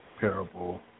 parable